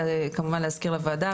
כמובן להזכיר לוועדה,